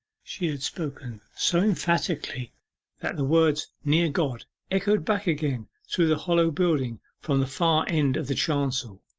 she had spoken so emphatically that the words near god echoed back again through the hollow building from the far end of the chancel.